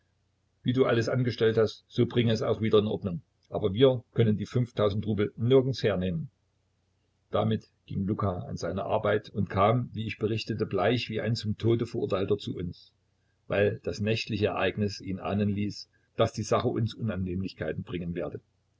wie du alles angestellt hast so bringe es auch wieder in ordnung aber wir können die fünftausend rubel nirgends hernehmen damit ging luka an seine arbeit und kam wie ich berichtete bleich wie ein zum tode verurteilter zu uns weil das nächtliche ereignis ihn ahnen ließ daß die sache uns unannehmlichkeiten bringen werde